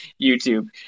YouTube